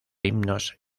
himnos